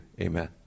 Amen